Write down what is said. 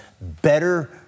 better